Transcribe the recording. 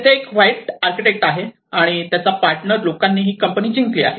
तेथे एक white architect आहे आणि त्याच्या पार्टनर लोकांनी ही कंपनी जिंकली आहे